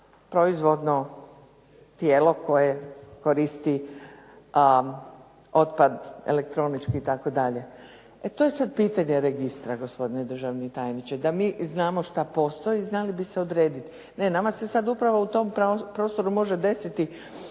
proizvodno tijelo koje koristi otpad elektronički itd., e to je sad pitanje registra gospodine državni tajniče. Da mi znamo šta postoji znali bi se odrediti. Ne, nama se sad upravo u tom prostoru može desiti